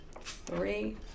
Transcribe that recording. Three